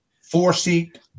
four-seat